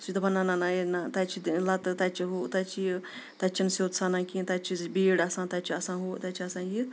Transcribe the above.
سُہ چھِ دَپان نہ نہ نہ ہے نہ تَتہِ چھِ تہِ لَتہٕ تَتہِ چھِ ہُہ تَتہِ چھِ یہِ تَتہِ چھِنہٕ سیوٚد سَنان کِہیٖنۍ تَتہِ چھِ بیٖڈ آسان تَتہِ چھِ آسان ہُہ تَتہِ چھِ آسَان یہِ